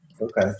Okay